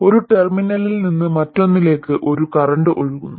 ഒരു ടെർമിനലിൽ നിന്ന് മറ്റൊന്നിലേക്ക് ഒരു കറന്റ് ഒഴുകുന്നു